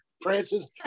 Francis